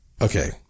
okay